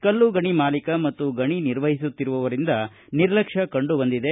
ಕಲ್ಲು ಗಣಿ ಮಾಲೀಕ ಮತ್ತು ಗಣಿ ನರ್ವಹಿಸುತ್ತಿರುವವರಿಂದ ನಿರ್ಲಕ್ಷ್ಯ ಕಂಡುಬಂದಿದೆ